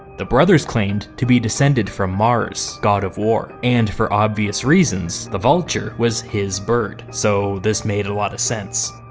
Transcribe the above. the brothers claimed to be descended from mars, the god of war, and for obvious reasons the vulture was his bird, so this made a lot of sense.